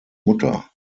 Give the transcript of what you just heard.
mutter